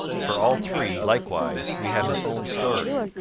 for all three, likewise, we have his own story,